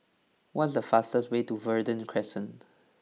what is the fastest way to Verde Crescent